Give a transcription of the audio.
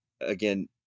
again